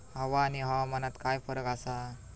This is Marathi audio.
हवा आणि हवामानात काय फरक असा?